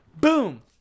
Boom